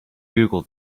google